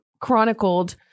chronicled